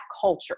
culture